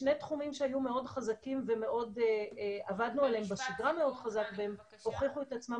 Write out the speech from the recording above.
שני תחומים שהיו מאוד חזקים ועבדנו עליהם בשגרה והוכיחו את עצמם